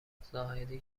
زاهدی